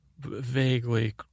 vaguely